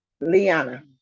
Liana